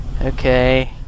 Okay